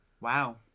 Wow